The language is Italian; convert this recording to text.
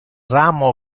ramo